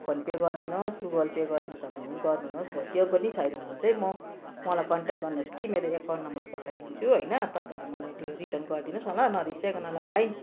phone pay गरिदिनु होस् Google Pay गरिदिनु सक्नुहुन्छ भने गरिदिनु होस् त्यो पनि छैन भने चाहिँ म मलाई कन्ट्याक्ट गर्नुहोस् कि मेरो एकाउन्ट नम्बर पठाइदिन्छु होइन तपाईँहरूले मलाई त्यो रिटर्न गरिदिनु होस् न ल नरिसाइकन ल भाइ